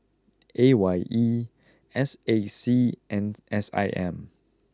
A Y E S A C and S I M